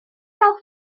gael